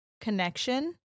connection